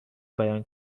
بیان